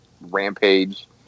rampage